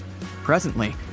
Presently